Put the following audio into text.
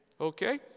Okay